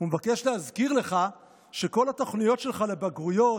"הוא מבקש להזכיר לך שכל התוכניות שלך לבגרויות,